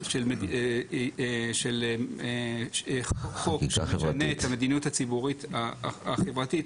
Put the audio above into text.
של חוק שמשנה את המדיניות הציבורית החברתית,